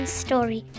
story